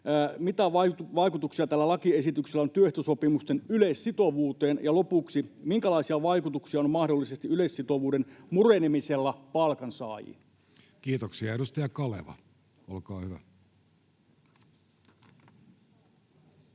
Mitä vaikutuksia tällä lakiesityksellä on työehtosopimusten yleissitovuuteen? Ja lopuksi: minkälaisia vaikutuksia yleissitovuuden murenemisella on mahdollisesti palkansaajiin?